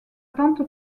tante